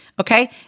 Okay